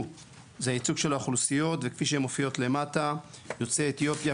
זה ייצוג של אוכלוסיות כפי שמופיעות למטה: יוצאי אתיופיה,